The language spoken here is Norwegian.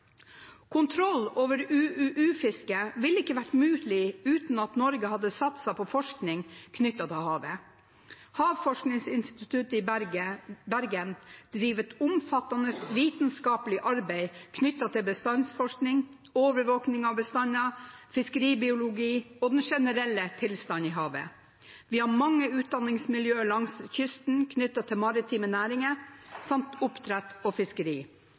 Kontroll over UUU-fisket ville ikke vært mulig uten at Norge hadde satset på forskning knyttet til havet. Havforskningsinstituttet i Bergen driver et omfattende vitenskapelig arbeid knyttet til bestandsforskning, overvåkning av bestander, fiskeribiologi og den generelle tilstanden i havet. Vi har mange utdanningsmiljø langs kysten knyttet til maritime næringer, samt oppdrett og fiskeri.